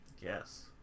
Yes